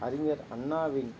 அறிஞர் அண்ணாவின்